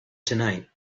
tonight